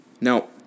Now